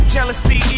Jealousy